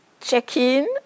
check-in